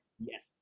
Yes